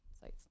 sites